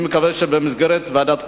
אני מקווה שבמסגרת ועדת החוקה,